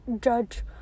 judge